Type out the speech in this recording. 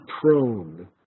prone